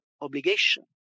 obligation